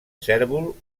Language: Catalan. cérvol